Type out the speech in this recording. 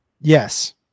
yes